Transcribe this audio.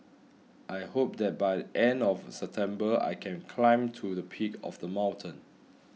I hope that by end of September I can climb to the peak of the mountain